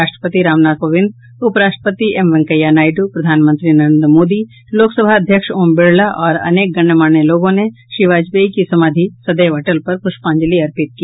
राष्ट्रपति रामनाथ कोविंद उपराष्ट्रपति एम वेंकैया नायडू प्रधानमंत्री नरेन्द्र मोदी लोकसभा अध्यक्ष ओम बिड़ला और अनेक गण्यमान्य लोगों ने श्री वाजपेयी की समाधि सदैव अटल पर पुष्पांजलि अर्पित की